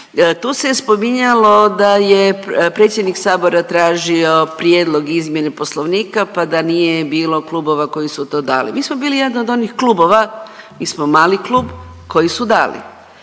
Tu se je spominjalo da je predsjednik sabora tražio prijedlog izmjene Poslovnika pa da nije bilo klubova koji su to dali. Mi smo bili jedan od onih klubova, mi smo mali klub koji su dali.